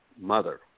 mother